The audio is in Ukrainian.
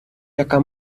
яка